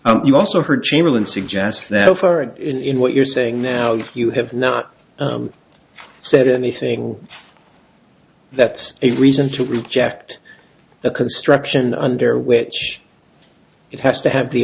and you also heard chamberlain suggests that over and in what you're saying now if you have not said anything that's a reason to reject the construction under which it has to have the